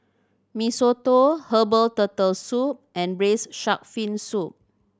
Mee Soto herbal Turtle Soup and Braised Shark Fin Soup